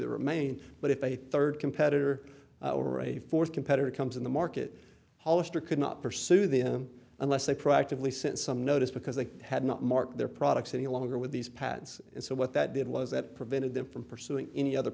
the remain but if a third competitor or a fourth competitor comes in the market hollister could not pursue them unless they proactively sent some notice because they had not marked their products any longer with these patents and so what that did was that prevented them from pursuing any other